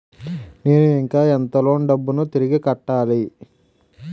నేను ఇంకా ఎంత లోన్ డబ్బును తిరిగి కట్టాలి?